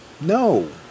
no